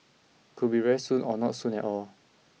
could be very soon or not soon at all